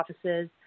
offices